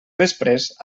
vespres